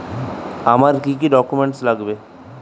আমার কি কি ডকুমেন্ট লাগবে?